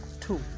two